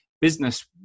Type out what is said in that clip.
business